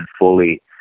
fully